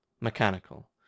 mechanical